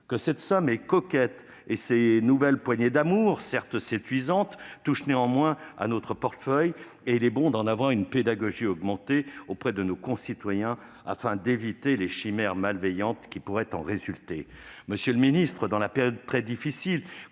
que la somme est coquette et que ces nouvelles « poignées d'amour », certes séduisantes, touchent à notre portefeuille. Il est bon d'en avoir une pédagogie augmentée auprès de nos concitoyens, afin d'éviter les chimères malveillantes qui pourraient en résulter. Monsieur le secrétaire d'État, dans la période très difficile